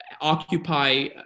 occupy